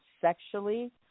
sexually